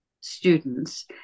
students